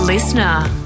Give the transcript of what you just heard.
Listener